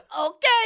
Okay